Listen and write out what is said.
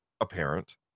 apparent